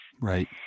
Right